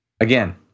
again